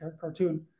cartoon